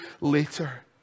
later